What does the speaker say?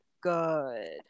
good